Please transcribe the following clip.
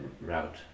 route